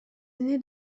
aîné